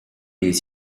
est